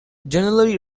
generally